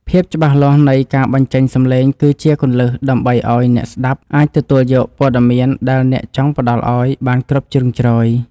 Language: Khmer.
ភាពច្បាស់លាស់នៃការបញ្ចេញសំឡេងគឺជាគន្លឹះដើម្បីឱ្យអ្នកស្តាប់អាចទទួលយកព័ត៌មានដែលអ្នកចង់ផ្តល់ឱ្យបានគ្រប់ជ្រុងជ្រោយ។